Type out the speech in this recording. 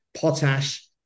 potash